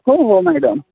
हो हो मॅडम